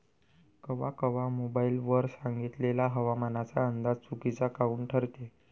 कवा कवा मोबाईल वर सांगितलेला हवामानाचा अंदाज चुकीचा काऊन ठरते?